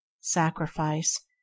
sacrifice